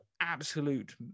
absolute